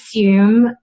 assume